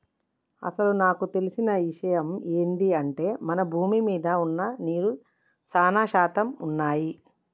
అసలు నాకు తెలిసిన ఇషయమ్ ఏంది అంటే మన భూమి మీద వున్న నీరు సానా శాతం వున్నయ్యి